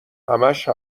همش